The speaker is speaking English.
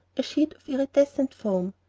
a sheet of iridescent foam.